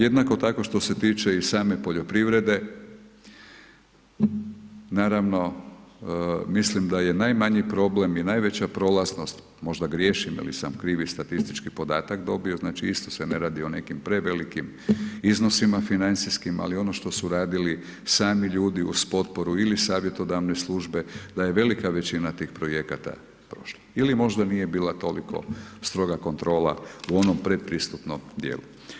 Jednako tako što se tiče i same poljoprivrede, naravno, mislim da je najmanji problem i najveća prolaznost, možda griješim ili sam krivi statistički podatak dobio, isto se ne radi o nekim prevelikim iznosima, financijskima, al ono što su radili sami ljudi uz potporu ili savjetodavne službe da je velika većina tih projekata prošla ili nije bila toliko stroga kontrola u onom pretpristupnim dijelu.